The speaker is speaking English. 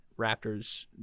raptors